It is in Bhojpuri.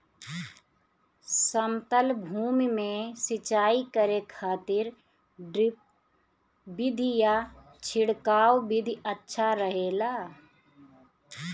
समतल भूमि में सिंचाई करे खातिर ड्रिप विधि या छिड़काव विधि अच्छा रहेला?